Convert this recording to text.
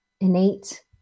innate